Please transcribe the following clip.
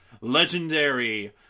legendary